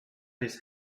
his